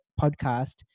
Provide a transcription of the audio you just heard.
podcast